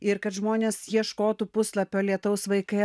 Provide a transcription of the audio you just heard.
ir kad žmonės ieškotų puslapio lietaus vaikai